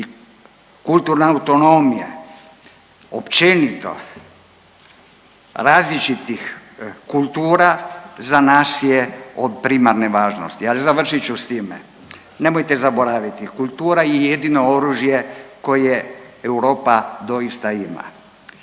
kulturne autonomije općenito različitih kultura za nas je od primarne važnosti, al završit ću s time, nemojte zaboraviti kultura je jedino oružje koje Europa doista ima,